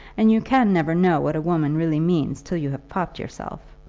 and you can never know what a woman really means till you have popped yourself.